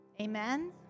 Amen